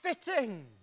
fitting